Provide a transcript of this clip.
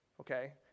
okay